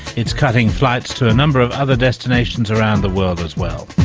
it's cutting flights to a number of other destinations around the world as well.